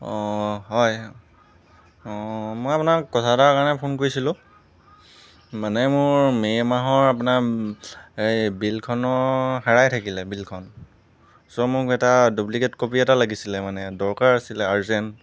অ' হয় অ' মই আপোনাক কথা এটাৰ কাৰণে ফোন কৰিছিলো মানে মোৰ মে' মাহৰ আপোনাৰ এই বিলখনৰ হেৰাই থাকিলে বিলখন চো মোক এটা ডুপ্লিকেট ক'পি এটা লাগিছিলে মানে দৰকাৰ আছিলে আৰ্জেণ্ট